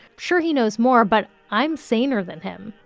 sure, he knows more but i'm saner than him.